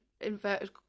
inverted